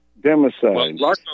Democide